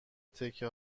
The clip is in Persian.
تکه